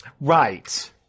Right